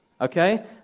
okay